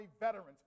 veterans